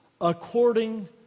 according